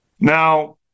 Now